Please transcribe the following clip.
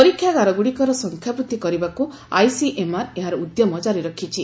ପରୀକ୍ଷାଗାରଗୁଡ଼ିକର ସଂଖ୍ୟାବୃଦ୍ଧି କରିବାକୁ ଆଇସିଏମ୍ଆର୍ ଏହାର ଉଦ୍ୟମ ଜାରି ରଖିଛି